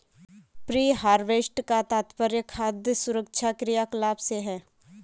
pre harvest का तात्पर्य खाद्य सुरक्षा क्रियाकलाप से है